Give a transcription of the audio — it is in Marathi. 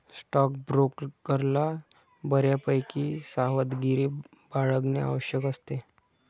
स्टॉकब्रोकरला बऱ्यापैकी सावधगिरी बाळगणे आवश्यक असते